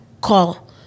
call